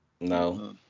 no